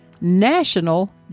national